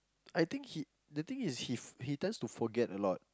I think he the thing is he he tends to forget a lot